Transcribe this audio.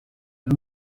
uwo